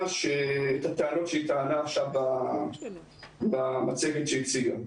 את הטענות שהיא טענה עכשיו במצגת שהציגה.